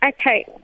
Okay